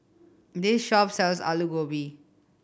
this shop sells Alu Gobi